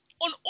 On